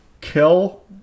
kill